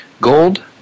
Gold